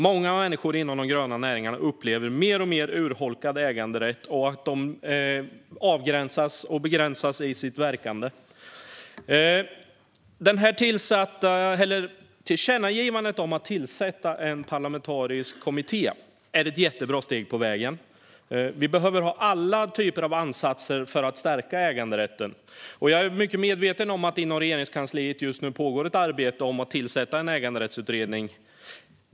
Många människor inom de gröna näringarna upplever att äganderätten urholkas mer och mer och att de begränsas i sitt verkande. Tillkännagivandet om att tillsätta en parlamentarisk kommitté är ett jättebra steg på vägen. Vi behöver alla typer av ansatser för att stärka äganderätten. Jag är mycket medveten om att det inom Regeringskansliet just nu pågår ett arbete med att tillsätta en äganderättsutredning.